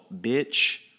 Bitch